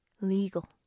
legal